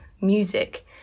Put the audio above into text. music